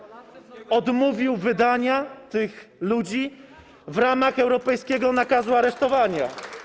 Odmówił wydania tych ludzi w ramach europejskiego nakazu aresztowania.